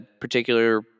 particular